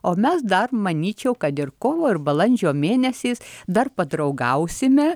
o mes dar manyčiau kad ir kovo ar balandžio mėnesiais dar padraugausime